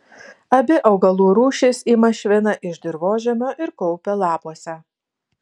abi augalų rūšys ima šviną iš dirvožemio ir kaupia lapuose